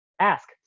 ask